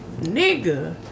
nigga